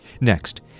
Next